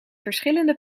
verschillende